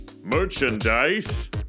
Merchandise